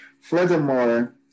Furthermore